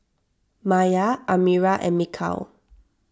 Maya Amirah and Mikhail